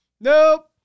Nope